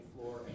floor